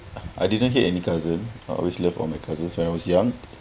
I didn't hate any cousin I always love all my cousins when I was young